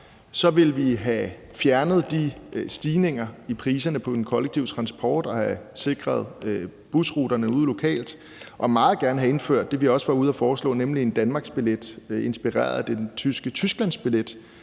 Så vil vi have fjernet stigningerne i priserne på den kollektive transport og have sikret busruterne ude lokalt og meget gerne have indført det, vi også var ude at foreslå, nemlig en danmarksbillet inspireret af den tyske tysklandsbillet,